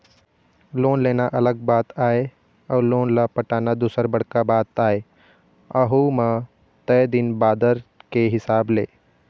loan लेना अलग बात आय अउ लोन ल पटाना दूसर बड़का बात आय अहूँ म तय दिन बादर के हिसाब ले